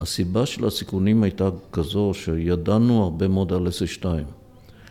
‫הסיבה של הסיכונים הייתה כזו ‫שידענו הרבה מאוד על SA שתיים.